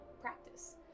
practice